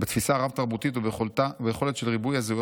בתפיסה הרב-תרבותית וביכולת של ריבוי הזהויות